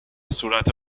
صورت